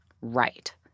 right